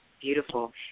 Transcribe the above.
beautiful